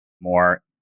more